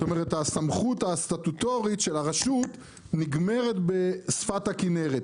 זאת אומרת הסמכות הסטטוטורית של הרשות נגמרת בשפת הכנרת.